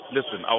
Listen